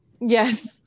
Yes